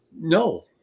No